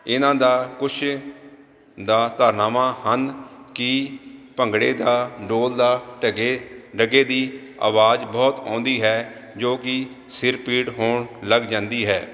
ਇਹਨਾਂ ਦਾ ਕੁਛ ਦਾ ਧਾਰਨਾਵਾਂ ਹਨ ਕਿ ਭੰਗੜੇ ਦਾ ਡੋਲ ਦਾ ਢਗੇ ਡਗੇ ਦੀ ਆਵਾਜ਼ ਬਹੁਤ ਆਉਂਦੀ ਹੈ ਜੋ ਕਿ ਸਿਰ ਪੀੜ ਹੋਣ ਲੱਗ ਜਾਂਦੀ ਹੈ